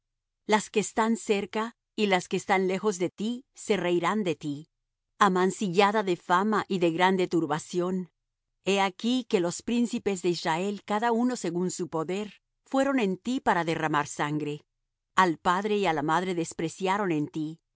las que están cerca y las que están lejos de ti se reirán de ti amancillada de fama y de grande turbación he aquí que los príncipes de israel cada uno según su poder fueron en ti para derramar sangre al padre y á la madre despreciaron en ti